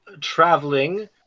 traveling